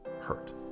hurt